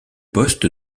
poste